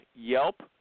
Yelp